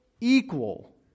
equal